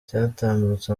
cyatambutse